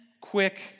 quick